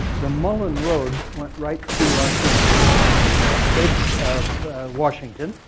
the mullan road went right through our sheep ranch in the edge of washington.